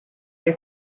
your